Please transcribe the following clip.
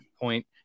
point